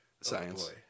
science